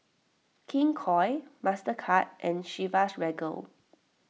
King Koil Mastercard and Chivas Regal